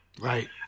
right